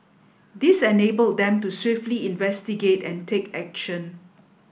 this enabled them to swiftly investigate and take action